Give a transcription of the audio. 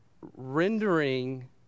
Rendering